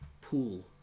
pool